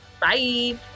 Bye